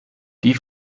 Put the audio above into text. die